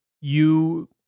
you-